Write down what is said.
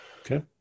Okay